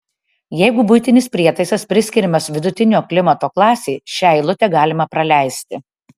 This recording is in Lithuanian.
jeigu buitinis prietaisas priskiriamas vidutinio klimato klasei šią eilutę galima praleisti